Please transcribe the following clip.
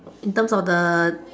in terms of the